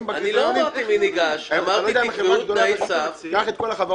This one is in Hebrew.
הם יקבעו תנאי סף שיאפשרו.